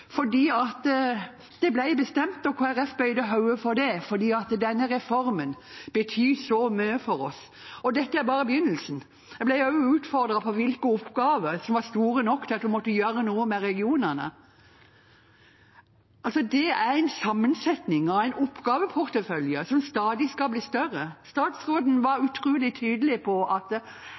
fordi denne reformen betyr så mye for oss. Og dette er bare begynnelsen. Jeg ble også utfordret på hvilke oppgaver som var store nok til at vi måtte gjøre noe med regionene. Det er en sammensetning av en oppgaveportefølje som stadig skal bli større. Statsråden var utrolig tydelig på at